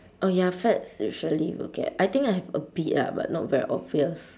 oh ya fats usually will get I think I have a bit ah but not very obvious